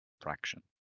fraction